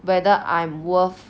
whether I'm worth